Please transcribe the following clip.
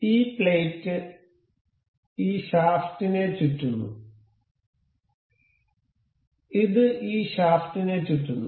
ഈ പ്ലേറ്റ് ഈ ഷാഫ്റ്റിനെ ചുറ്റുന്നു ഇത് ഈ ഷാഫ്റ്റിനെ ചുറ്റുന്നു